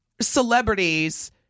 celebrities